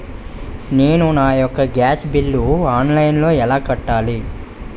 నేను నా యెక్క గ్యాస్ బిల్లు ఆన్లైన్లో ఎలా కట్టాలి?